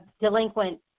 delinquent